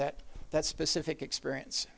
that that specific experience